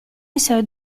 essere